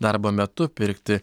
darbo metu pirkti